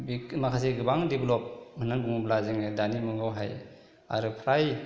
बे माखासे गोबां डेभेलप होननानै बुङोब्ला जोङो दानि मुगायावहाय आरो फ्राय